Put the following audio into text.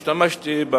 השתמשתי,